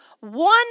one